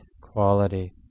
quality